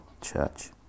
church